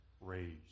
Raised